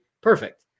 perfect